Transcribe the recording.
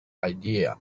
idea